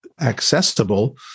accessible